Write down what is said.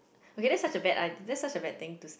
okay that's such a bad idea that's such a bad thing to